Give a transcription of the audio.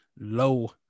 low